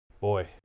Boy